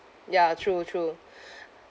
ya true true